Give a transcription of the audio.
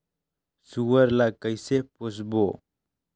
सुअर ला कइसे पोसबो?